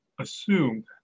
assumed